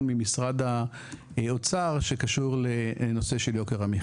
ממשרד האוצר שקשור לנושא של יוקר המחיה.